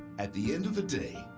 at the end of the day,